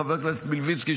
חבר הכנסת מלביצקי,